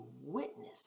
witness